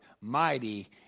mighty